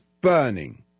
burning